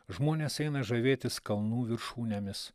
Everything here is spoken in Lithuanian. žmonės eina žavėtis kalnų viršūnėmis